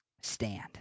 stand